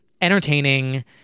entertaining